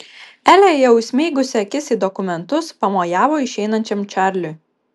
elė jau įsmeigusi akis į dokumentus pamojavo išeinančiam čarliui